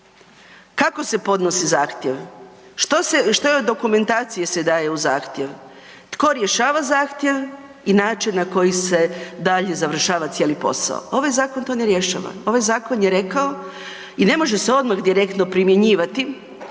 Kako se podnosi zahtjev? Što u dokumentaciji se daje u zahtjev? Tko rješava zahtjev i način na koji se dalje završava cijeli posao? Ovaj zakon to ne rješava, ovaj zakon je rekao i ne može se odmah direktno primjenjivati